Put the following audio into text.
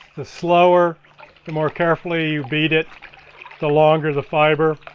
the slower the more carfully you beat it the longer the fiber,